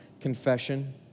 confession